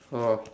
orh